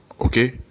okay